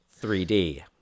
3D